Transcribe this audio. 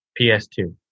PS2